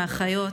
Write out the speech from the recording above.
האחיות,